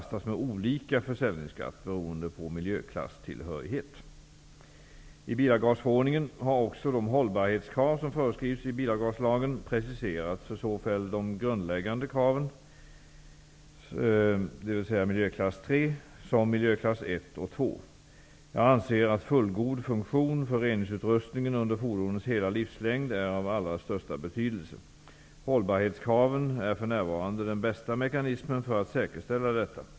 I bilavgasförordningen har också de hållbarhetskrav som föreskrivs i bilavgaslagen Jag anser att fullgod funktion för reningsutrustningen under fordonets hela livslängd är av allra största betydelse. Hållbarhetskraven är för närvarande den bästa mekanismen för att säkerställa detta.